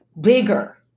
bigger